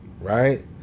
Right